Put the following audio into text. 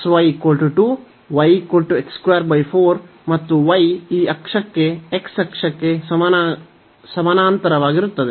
ಮತ್ತು y ಈ ಅಕ್ಷಕ್ಕೆ x ಅಕ್ಷಕ್ಕೆ ಸಮಾನಾಂತರವಾಗಿರುತ್ತದೆ